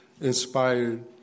inspired